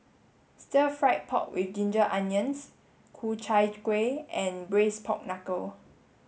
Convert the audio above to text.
stir fried pork with ginger onions Ku Chai Kuih and braised pork knuckle